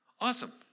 Awesome